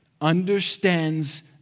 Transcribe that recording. understands